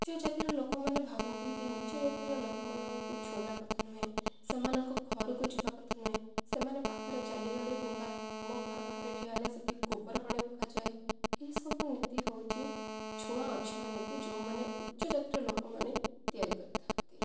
ଉଚ୍ଚ ଜାତିର ଲୋକମାନେ ଭାବନ୍ତି ଯେ ନୀଚ୍ଚ ଜାତିର ଲୋକମାନଙ୍କୁ ଛୁଇଁବା କଥା ନୁହେଁ ସେମାନଙ୍କ ଘରକୁ ଯିବା କଥା ନୁହେଁ ସେମାନେ ପାଖରେ ଚାଲିଗଲେ କିମ୍ବା ତମ ଘର ପାଖରେ ଠିଆ ହେଲେ ସେଠି ଗୋବର ପାଣି ପକାଯାଏ ଏଇସବୁ ନୀତି ହଉଚି ଛୁଆଁ ଅଛୁଆଁ ନୀତି ଯୋଉମାନେ ଉଚ୍ଚ ଜାତିର ଲୋକମାନେ ତିଆରି କରିଥାନ୍ତି